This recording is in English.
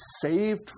saved